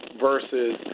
versus